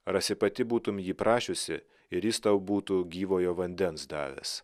rasi pati būtum jį prašiusi ir jis tau būtų gyvojo vandens davęs